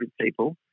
people